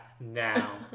Now